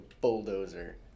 bulldozer